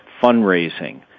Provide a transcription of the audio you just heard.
fundraising